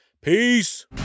peace